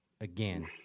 again